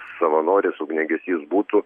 savanoris ugniagesys būtų